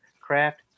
craft